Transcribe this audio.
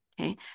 Okay